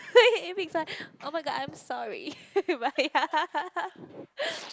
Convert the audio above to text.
oh-my-god I'm sorry but ya